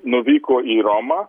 nuvyko į romą